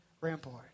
rampart